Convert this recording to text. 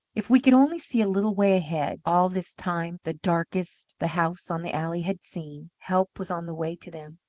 if we could only see a little way ahead! all this time the darkest the house on the alley had seen help was on the way to them.